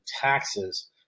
taxes